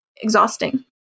exhausting